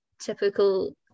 typical